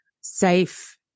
safe